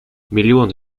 миллионы